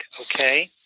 okay